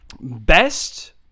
Best